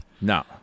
No